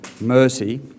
mercy